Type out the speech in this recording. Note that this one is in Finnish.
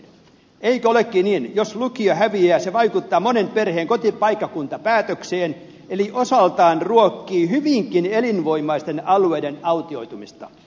eikö olekin niin että jos lukio häviää se vaikuttaa monen perheen kotipaikkakuntapäätökseen eli osaltaan ruokkii hyvinkin elinvoimaisten alueiden autioitumista